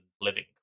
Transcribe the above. living